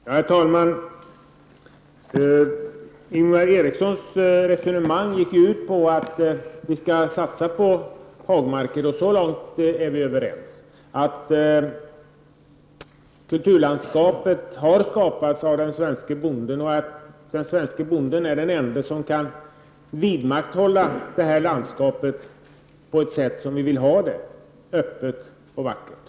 Herr talman! Ingvar Erikssons resonemang gick ut på att vi skall satsa på hagmarker, och så långt är jag överens med honom. Kulturlandskapet har skapats av den svenske bonden, och han är den ende som kan vidmakthålla detta landskap på ett bra sätt, dvs. öppet och vackert.